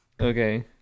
okay